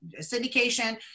syndication